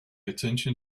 attention